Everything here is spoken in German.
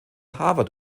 harvard